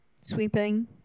Sweeping